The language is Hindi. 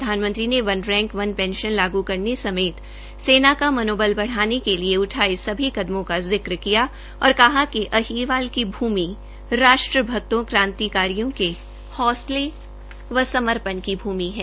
प्रधानमंत्री ने वन रैंक वन पेंशन लागू करने समेत सेना का मनोबल बढ़ाने के लिए उठाये सभी कदमों का जिक्र किया और कहा कि आहीरवाल की भूमि राष्ट्र भक्तों क्रांतिकारी के होंसले व समपर्ण की भूमि है